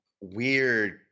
weird